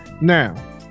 now